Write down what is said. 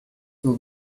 will